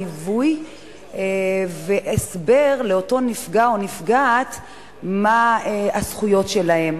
ליווי והסבר לאותו נפגע או נפגעת מה הזכויות שלהם,